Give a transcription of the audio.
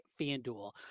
FanDuel